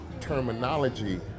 terminology